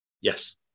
yes